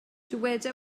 dyweda